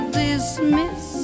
dismiss